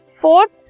Fourth